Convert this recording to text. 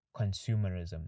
consumerism